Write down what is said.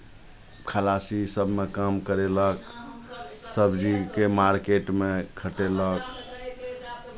खलासी सभमे काम करयलक सबजीके मारकेटमे खटयलक